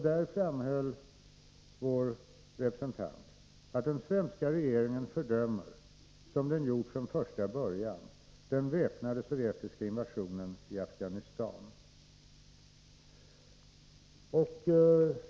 Där framhöll vår representant att den svenska regeringen fördömer, som den har gjort från första början, den väpnade sovjetiska invasionen i Afghanistan.